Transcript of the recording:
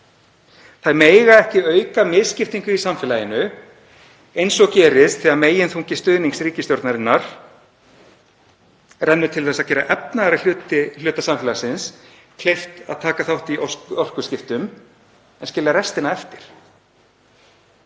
Þær mega ekki auka misskiptingu í samfélaginu eins og gerist þegar meginþungi stuðnings ríkisstjórnarinnar rennur til að gera efnaðri hluta samfélagsins kleift að taka þátt í orkuskiptum en skilur restina eftir.